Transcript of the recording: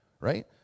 Right